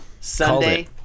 Sunday